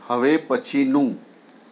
હવે પછીનું